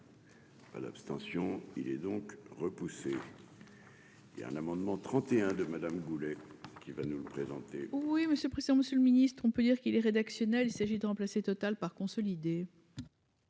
Ah, l'abstention, il est donc repoussé et un amendement 31 de Madame Goulet, qui va nous le présenter. Oui, monsieur le président, Monsieur le ministre, on peut dire. Il est rédactionnel, il s'agit de remplacer total par consolider.